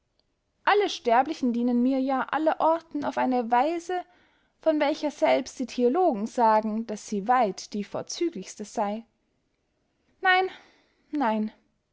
alle sterblichen dienen mir ja allerorten auf eine weise von welcher selbst die theologen sagen daß sie weit die vorzüglichste sey nein nein